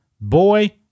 boy